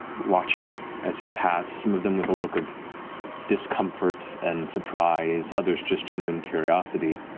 watching as you pass, some of them with a look of discomfort and surprise, others just genuine curiosity,